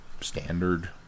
standard